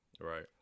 Right